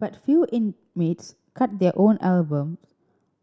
but few inmates cut their own albums